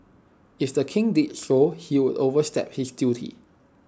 if the king did so he would overstep his duty